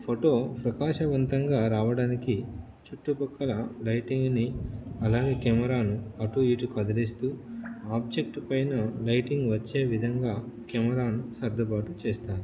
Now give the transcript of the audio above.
photo ప్రకాశవంతంగా రావడానికి చుట్టుపక్కల లైటింగ్ని అలాగే కెమెరాను అటు ఇటు కదిలిస్తూ ఆబ్జెక్టుపైన లైటింగ్ వచ్చే విధంగా కెమెరాను సర్దుబాటు చేస్తాను